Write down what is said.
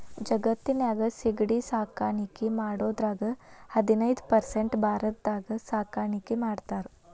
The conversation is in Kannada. ಜಗತ್ತಿನ್ಯಾಗ ಸಿಗಡಿ ಸಾಕಾಣಿಕೆ ಮಾಡೋದ್ರಾಗ ಹದಿನೈದ್ ಪರ್ಸೆಂಟ್ ಭಾರತದಾಗ ಸಾಕಾಣಿಕೆ ಮಾಡ್ತಾರ